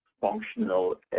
functional